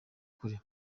kure